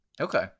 Okay